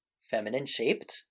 feminine-shaped